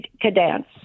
Cadence